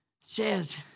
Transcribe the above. says